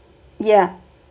yeah